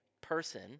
person